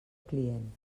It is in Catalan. client